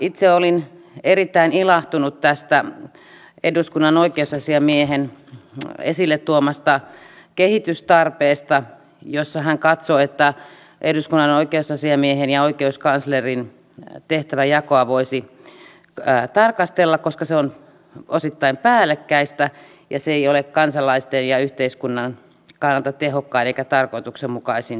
itse olin erittäin ilahtunut tästä eduskunnan oikeusasiamiehen esille tuomasta kehitystarpeesta jossa hän katsoo että eduskunnan oikeusasiamiehen ja oikeuskanslerin tehtävänjakoa voisi tarkastella koska se on osittain päällekkäistä ja se ei ole kansalaisten ja yhteiskunnan kannalta tehokkain eikä tarkoituksenmukaisin tapa